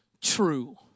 true